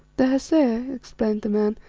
the hesea, explained the man,